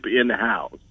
in-house